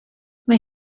mae